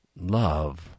love